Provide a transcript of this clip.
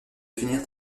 finir